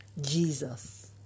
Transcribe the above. Jesus